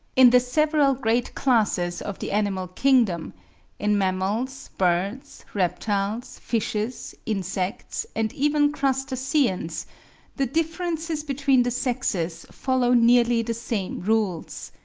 in the several great classes of the animal kingdom in mammals, birds, reptiles, fishes, insects, and even crustaceans the differences between the sexes follow nearly the same rules.